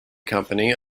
company